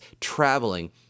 traveling